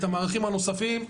את המערכים הנוספים,